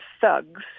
thugs